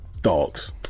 dogs